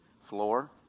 floor